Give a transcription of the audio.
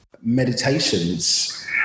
meditations